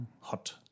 hot